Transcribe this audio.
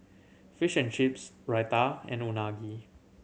Fish and Chips Raita and Unagi